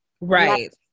Right